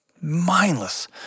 mindless